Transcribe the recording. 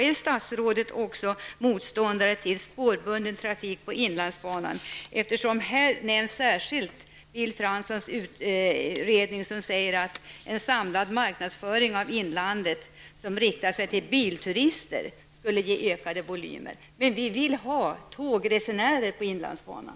Är statsrådet också motståndare till spårbunden trafik på inlandsbanan, eftersom han i svaret särskilt nämner Bill Franssons utredning, i vilken sägs att en samlad marknadsföring av inlandet, riktad till bilturister, skulle ge ökade volymer av resande? Men vi vill ha tågresenärer på inlandsbanan.